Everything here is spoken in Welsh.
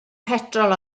petrol